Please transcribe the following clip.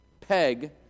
peg